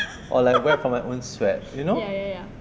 or like wet from my own sweat you know